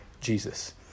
Jesus